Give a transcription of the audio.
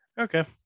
Okay